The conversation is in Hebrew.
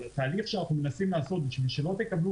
אבל התהליך שאנחנו מנסים לעשות כדי שלא תקבלו